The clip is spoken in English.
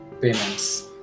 payments